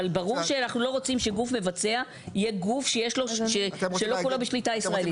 ברור שאנחנו לא רוצים שגוף מבצע יהיה גוף שלא כולו בשליטה ישראל.